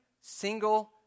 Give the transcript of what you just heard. single